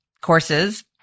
courses